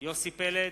יוסי פלד,